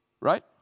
right